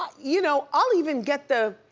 um you know i'll even get the,